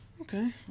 Okay